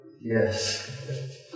Yes